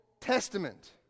Testament